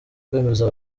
kwemeza